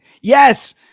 Yes